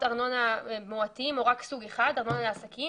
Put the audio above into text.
ארנונה מועטים או רק סוג אחד ארנונה לעסקים,